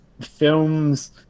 films